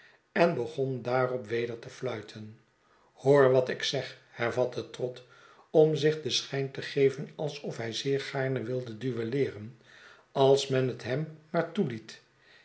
en begon daarop weder te fluiten hoor wat ik zeg hervatte trott om zich den schijn te geven alsof hij zeer gaarne wilde duelleeren als men het hem maar toeliet